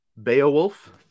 beowulf